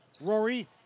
Rory